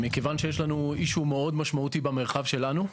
יש לנו אישיו מאוד משמעותי במרחב שלנו,